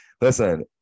Listen